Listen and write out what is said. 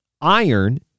iron